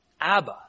Abba